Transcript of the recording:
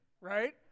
right